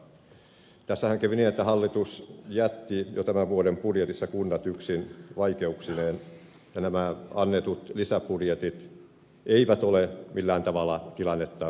tässähän kävi niin että hallitus jätti jo tämän vuoden budjetissa kunnat yksin vaikeuksineen ja nämä annetut lisäbudjetit eivät ole millään tavalla tilannetta korjanneet